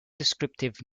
descriptive